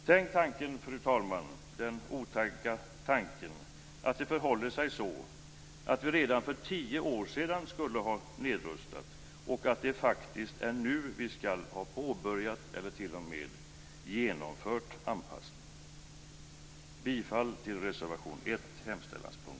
Tänk tanken, fru talman, den otäcka tanken, att det förhåller sig så att vi redan för tio år sedan skulle ha nedrustat och att det faktiskt är nu vi skall ha påbörjat eller t.o.m. genomfört anpassningen! Jag yrkar bifall till reservation 1 under hemställanspunkt 2.